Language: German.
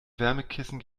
wärmekissen